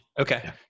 Okay